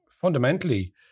fundamentally